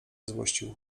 złościł